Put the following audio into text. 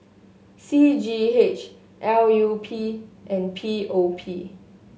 C G H L U P and P O P